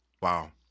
Wow